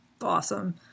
awesome